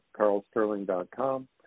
carlsterling.com